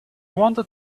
wanted